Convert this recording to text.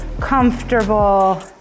comfortable